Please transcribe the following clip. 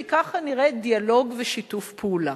כי ככה נראה דיאלוג ושיתוף פעולה.